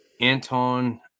Anton